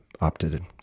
opted